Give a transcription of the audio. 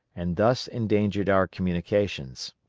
and thus endangered our communications.